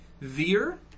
Veer